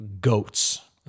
goats